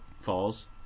falls